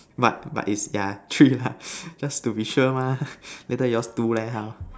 but but is there are three lah just to be sure mah later yours two leh how